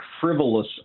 frivolous